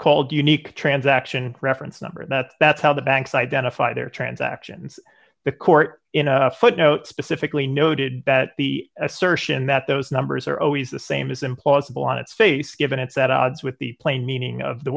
called unique transaction reference number and that's that's how the banks identify their transactions the court in a footnote specifically noted that the assertion that those numbers are always the same is implausible on its face given it's at odds with the plain meaning of the